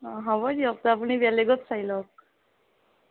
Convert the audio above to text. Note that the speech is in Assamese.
অ' হ'ব দিয়ক তে আপুনি বেলেগত চাই লওক